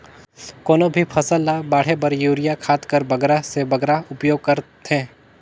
कोई भी फसल ल बाढ़े बर युरिया खाद कर बगरा से बगरा उपयोग कर थें?